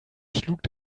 schlug